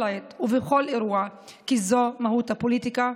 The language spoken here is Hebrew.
עת ובכל אירוע כי זו מהות הפוליטיקה?